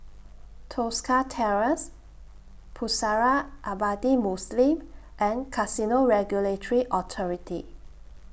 Tosca Terrace Pusara Abadi Muslim and Casino Regulatory Authority